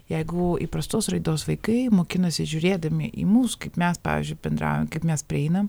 jeigu įprastos raidos vaikai mokinasi žiūrėdami į mus kaip mes pavyzdžiui bendraujam kaip mes prieinam